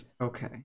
okay